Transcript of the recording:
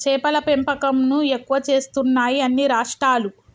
చేపల పెంపకం ను ఎక్కువ చేస్తున్నాయి అన్ని రాష్ట్రాలు